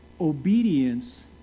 obedience